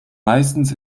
meistens